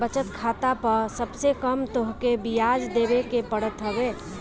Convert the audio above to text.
बचत खाता पअ सबसे कम तोहके बियाज देवे के पड़त हवे